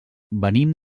venim